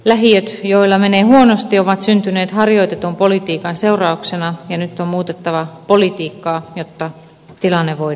lähiöt joilla menee huonosti ovat syntyneet harjoitetun politiikan seurauksena ja nyt on muutettava politiikkaa jotta tilanne voidaan korjata